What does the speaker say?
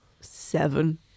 Seven